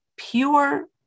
Pure